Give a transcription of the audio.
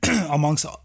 amongst